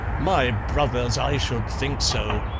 my brothers, i should think so!